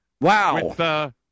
Wow